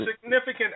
significant